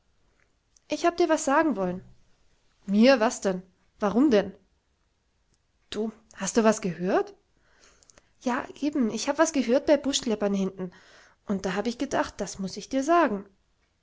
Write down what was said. ich hab dir was sagen wollen mir was denn warum denn du hast du was gehört ja eben ich hab was gehört bei buschkleppern hinten und da hab ich gedacht das muß ich dir sagen